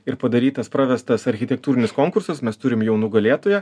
ir padarytas pravestas architektūrinis konkursas mes turim jau nugalėtoją